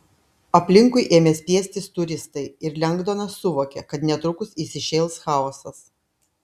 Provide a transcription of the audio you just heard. aplinkui ėmė spiestis turistai ir lengdonas suvokė kad netrukus įsišėls chaosas